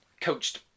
coached